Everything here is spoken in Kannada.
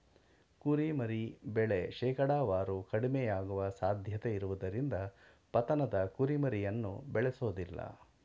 ಕುರಿಮರಿ ಬೆಳೆ ಶೇಕಡಾವಾರು ಕಡಿಮೆಯಾಗುವ ಸಾಧ್ಯತೆಯಿರುವುದರಿಂದ ಪತನದ ಕುರಿಮರಿಯನ್ನು ಬೇಳೆಸೋದಿಲ್ಲ